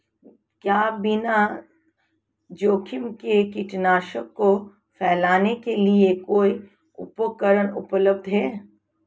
क्या बिना जोखिम के कीटनाशकों को फैलाने के लिए कोई उपकरण उपलब्ध है?